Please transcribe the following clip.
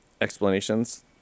Explanations